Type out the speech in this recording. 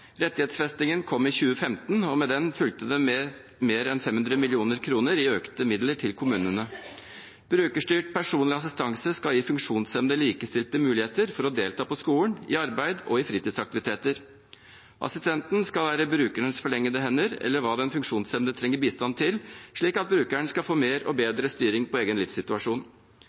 Rettighetsfestingen kom i 2015, og med den fulgte det med mer enn 500 mill. kr i økte midler til kommunene. Brukerstyrt personlig assistanse skal gi funksjonshemmede likestilte muligheter for å delta på skolen, i arbeid og i fritidsaktiviteter. Assistenten skal være brukerens forlengede hender eller hva enn den funksjonshemmede trenger bistand til, slik at brukeren skal få mer og bedre styring over egen livssituasjon.